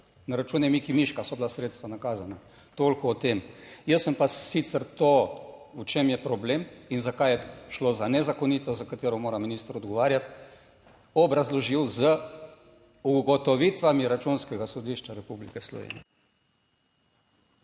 Na račun Miki miška so bila sredstva nakazana - toliko o tem. Jaz sem pa sicer to, v čem je problem in zakaj je šlo za nezakonito za katero mora minister odgovarjati, obrazložil z ugotovitvami Računskega sodišča Republike Slovenije.